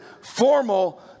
formal